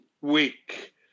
Week